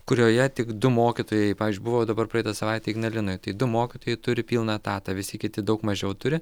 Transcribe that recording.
kurioje tik du mokytojai pavyzdžiui buvau dabar praeitą savaitę ignalinoj tai du mokytojai turi pilną etatą visi kiti daug mažiau turi